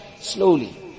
slowly